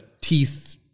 teeth